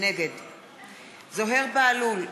נגד זוהיר בהלול,